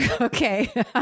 Okay